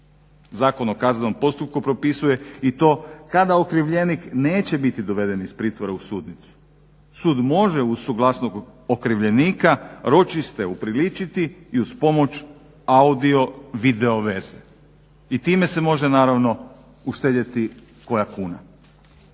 Zakon o kaznenom postupku propisuje i to kada okrivljenik neće biti doveden iz pritvora u sudnicu. Sud može uz suglasnost okrivljenika ročište upriličiti i uz pomoć audio video veze i time se može naravno uštedjeti koja kuna.